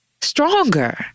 Stronger